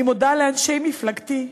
אני מודה לאנשי מפלגתי,